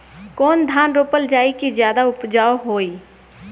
कौन धान रोपल जाई कि ज्यादा उपजाव होई?